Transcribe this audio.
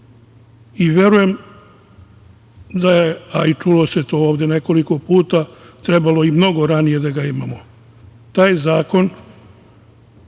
i verujem da je, a i čulo se to ovde nekoliko puta, trebalo i mnogo ranije da ga imamo. Taj zakon